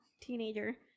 teenager